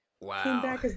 wow